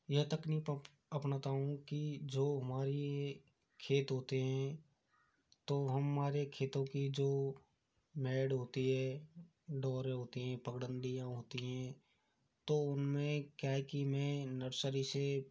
यह तकनीक अपनाता हूँ कि जो हमारे खेत होते हैं तो हमारे खेतों की जो मैड होती है डोरे होती हैं पगडंडीयाँ होती हैं तो उनमें क्या है कि मैं नर्सरी से